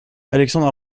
alexandre